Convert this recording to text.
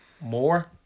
more